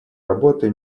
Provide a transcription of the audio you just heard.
работы